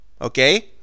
Okay